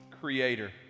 creator